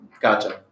Gotcha